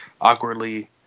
awkwardly